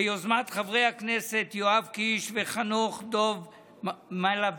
ביוזמת חברי הכנסת יואב קיש וחנוך דב מַלביצקי.